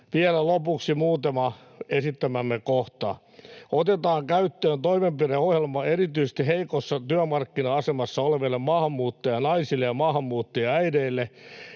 Vielä lopuksi muutama esittämämme kohta: Otetaan käyttöön toimenpideohjelma erityisesti heikossa työmarkkina-asemassa oleville maahanmuuttajanaisille ja maahanmuuttajaäideille,